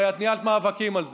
הרי את ניהלת מאבקים על זה.